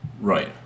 Right